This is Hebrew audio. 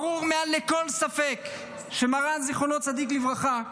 ברור מעל לכל ספק שמרן, זכר צדיק לברכה,